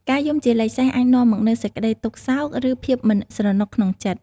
ការយំជាលេខសេសអាចនាំមកនូវសេចក្តីទុក្ខសោក ឬភាពមិនស្រណុកក្នុងចិត្ត។